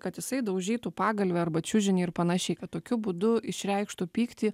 kad jisai daužytų pagalvę arba čiužinį ir panašiai kad tokiu būdu išreikštų pyktį